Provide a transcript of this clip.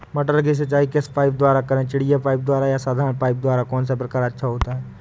मटर की सिंचाई किस पाइप द्वारा करें चिड़िया पाइप द्वारा या साधारण पाइप द्वारा कौन सा प्रकार अच्छा होता है?